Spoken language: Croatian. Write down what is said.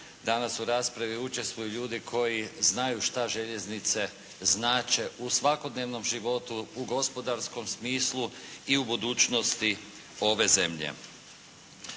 danas u raspravi učestvuju ljudi koji znaju šta željeznice znače u svakodnevnom životu u gospodarskom smislu i u budućnosti ove zemlje.